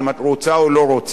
אם את רוצה או לא רוצה.